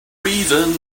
reasons